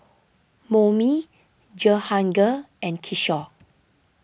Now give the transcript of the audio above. Homi Jehangirr and Kishore